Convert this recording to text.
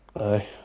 Aye